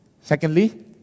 Secondly